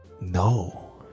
No